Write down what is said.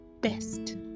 best